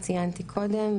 ציינתי קודם,